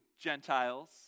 Gentiles